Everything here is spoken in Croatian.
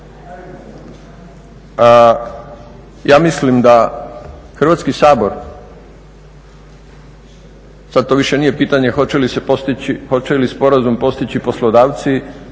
Ja mislim da Hrvatski sabor, sad to više nije pitanje hoće li se postići, hoće li